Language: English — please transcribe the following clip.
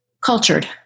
cultured